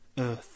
Earth